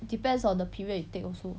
depends on the period you take also